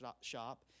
shop